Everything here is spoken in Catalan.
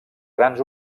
grans